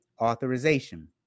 Authorization